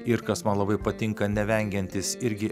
ir kas man labai patinka nevengiantis irgi